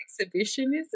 exhibitionism